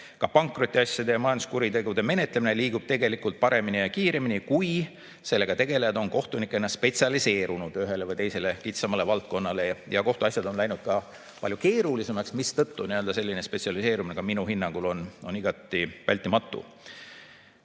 Ka pankrotiasjade ja majanduskuritegude menetlemine liigub paremini ja kiiremini, kui sellega tegelevad kohtunikud on spetsialiseerunud ühele või teisele kitsamale valdkonnale. Kohtuasjad on läinud palju keerulisemaks, mistõttu selline spetsialiseerumine on ka minu hinnangul igati vältimatu.